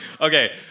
okay